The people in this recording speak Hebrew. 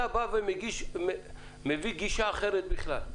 בוא אתה בא ומביא מגישה אחרת בכלל.